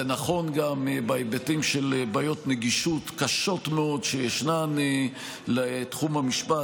זה נכון גם בהיבטים של בעיות נגישות קשות מאוד שישנן לתחום המשפט.